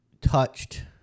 Touched